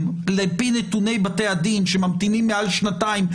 לפי נתוני בתי הדין שממתינים מעל שנתיים,